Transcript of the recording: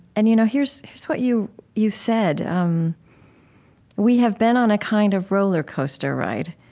and you know here's here's what you you said um we have been on a kind of roller coaster ride,